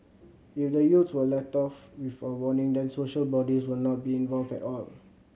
if the youths were let off with a warning then social bodies would not be involved at all